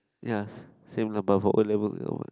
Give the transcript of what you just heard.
ya same lah but for O-level